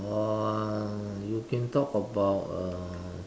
or you can talk about uh